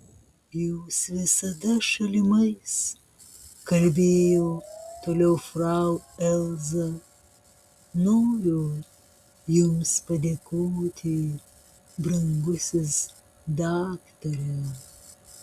jūs visada šalimais kalbėjo toliau frau elza noriu jums padėkoti brangusis daktare